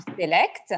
select